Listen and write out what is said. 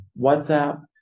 WhatsApp